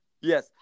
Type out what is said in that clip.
yes